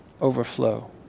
overflow